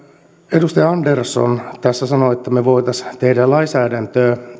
edustaja andersson tässä sanoi että me voisimme tehdä lainsäädäntöä